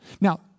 Now